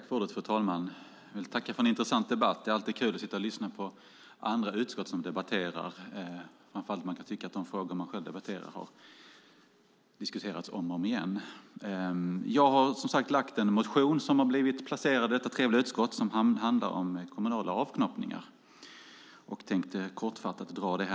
Fru talman! Jag vill tacka för en intressant debatt. Det är alltid kul att sitta och lyssna på andra utskott som debatterar, framför allt när man kan tycka att de frågor man själv debatterar har diskuterats om och om igen. Jag har väckt en motion som handlar om kommunala avknoppningar, och den har placerats i detta trevliga utskott. Jag tänkte nu tala kortfattat om det.